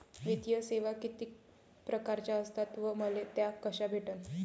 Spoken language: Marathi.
वित्तीय सेवा कितीक परकारच्या असतात व मले त्या कशा भेटन?